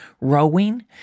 rowing